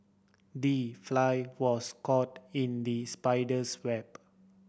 the fly was caught in the spider's web